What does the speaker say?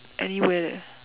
anywhere leh